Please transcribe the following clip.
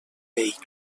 vehicle